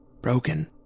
broken